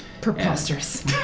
Preposterous